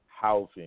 housing